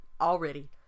already